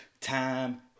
Time